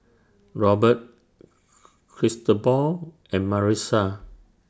Robert Cristobal and Marissa